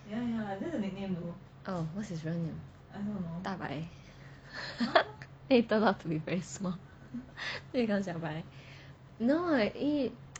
oh what's his real name 大白 then he turned out to be very small then become 小白 no [what] he